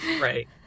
Right